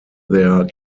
their